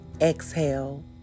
exhale